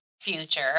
future